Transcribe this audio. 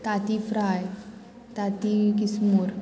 तातीं fry तातीं किसमूर